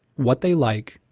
what they like,